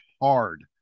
hard